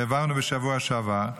שהעברנו בשבוע שעבר,